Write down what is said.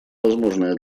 возможное